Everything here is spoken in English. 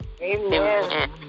Amen